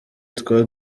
twa